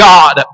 God